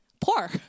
poor